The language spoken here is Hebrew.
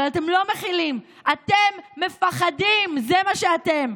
אבל אתם לא מכילים, אתם מפחדים, זה מה שאתם.